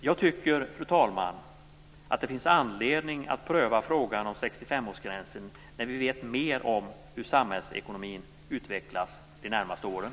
Jag tycker, fru talman, att det finns anledning att pröva frågan om 65-årsgränsen när vi vet mer om hur samhällsekonomin utvecklas under de närmaste åren.